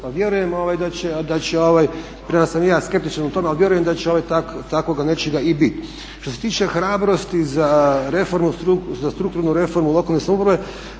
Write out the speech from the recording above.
vjerujem da će takvoga nečega i biti. Što se tiče hrabrosti za reformu, za strukturnu reformu lokalne samouprave.